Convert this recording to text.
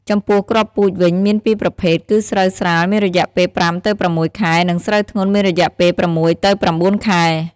ចំពោះ គ្រាប់ពូជវិញមានពីរប្រភេទ គឺស្រូវស្រាលមានរយៈពេល៥ ទៅ ៦ ខែ និងស្រូវធ្ងន់មានរយៈពេល៦ ទៅ ៩ ខែ។